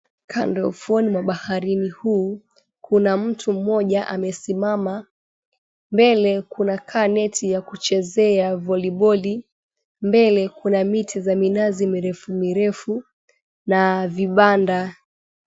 Kando ya ufuoni mwa bahari huu kuna mtu mmoja amesimama mbele kuna kaa neti ya kuchezea voliboli, mbele kuna miti za minazi mirefu mirefu na vibanda.